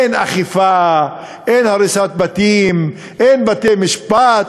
אין אכיפה, אין הריסת בתים, אין בתי-משפט.